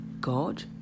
god